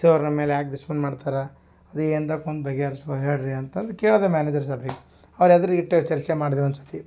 sir ನಮ್ಮಮೇಲೆ ಯಾಕೆ ದುಶ್ಮನ್ ಮಾಡ್ತಾರೆ ಅದು ಎಂದಕೊಂದು ಬಗೆಹರಿಸ್ಬಾ ಬಾ ಹೇಳಿರಿ ಅಂತಂದು ಕೇಳಿದೆ ಮ್ಯಾನೇಜರ್ ಸಾಬ್ರಿಗೆ ಅವ್ರು ಎದುರಿಗಿಟ್ಟೆ ಚರ್ಚೆ ಮಾಡಿದೆ ಒಂದುಸತಿ